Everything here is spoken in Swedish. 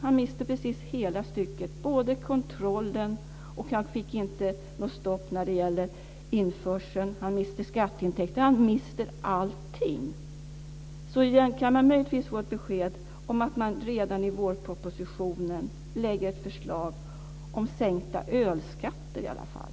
Han mister hela stycket. Han mister kontrollen, han fick inte något stopp när det gäller införseln och han mister skatteintäkter. Han mister allting. Kan jag möjligen få ett besked om att man redan i vårpropositionen lägger fram ett förslag om sänkta ölskatter i alla fall?